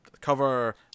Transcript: cover